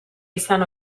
izan